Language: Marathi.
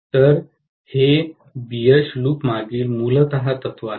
तर हे बीएच लूपमागील मूलत तत्व आहे